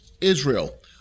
Israel